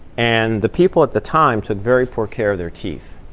and the people at the time took very poor care of their teeth.